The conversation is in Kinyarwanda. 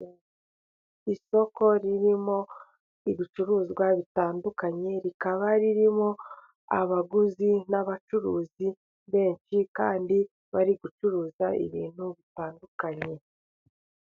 Isoko ririmo ibicuruzwa bitandukanye. Rikaba ririmo abaguzi n'abacuruzi benshi. Kandi bari gucuruza ibintu bitandukanye.